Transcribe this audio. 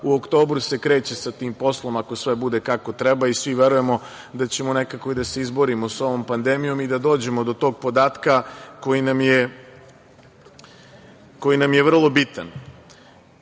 u oktobru se kreće sa tim poslom, ako sve bude kako treba i svi verujemo da ćemo nekako i da se izborimo sa ovom pandemijom i da dođemo do tog podatka koji nam je vrlo